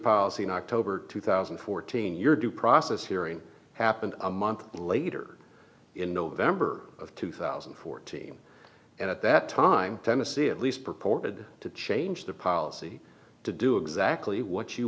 policy in october two thousand and fourteen your due process hearing happened a month later in november of two thousand and fourteen and at that time tennessee at least purported to change the policy to do exactly